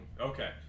okay